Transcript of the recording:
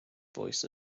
voice